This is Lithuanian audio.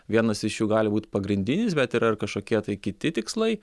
vienas iš jų gali būt pagrindinis bet yra ir kažkokie kiti tikslai